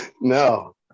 No